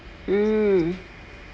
mm